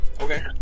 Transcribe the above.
Okay